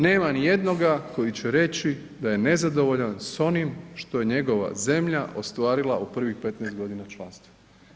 Nema ni jednoga koji će reći da je nezadovoljan s onim što je njegova zemlja ostvarila u prvih 15 godina članstva.